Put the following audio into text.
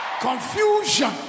confusion